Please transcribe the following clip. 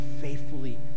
faithfully